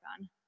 on